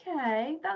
Okay